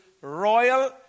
Royal